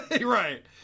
right